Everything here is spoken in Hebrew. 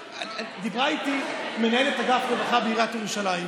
דיברה איתי מנהלת אגף רווחה בעיריית ירושלים,